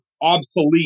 obsolete